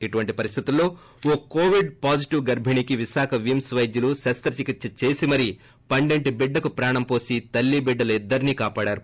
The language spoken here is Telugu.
ఇటువంటి పరిస్టితిలో ఓ కోవిడ్ పాజిటివ్ గర్భిణికి విశాఖ విమ్స్ వైద్యులు శస్త చికిత్స చేసి మరీ పండంటి బిడ్డకు ప్రాణం పోసి తల్లీ బిడ్డలనిద్దరినీ కాపాడారు